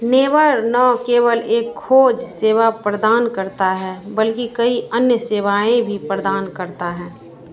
never न केवल एक खोज़ सेवा प्रदान करता है बल्कि कई अन्य सेवाएँ भी प्रदान करता है